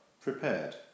prepared